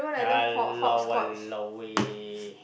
!walao! !walao! eh